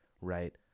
right